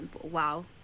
wow